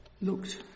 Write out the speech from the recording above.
looked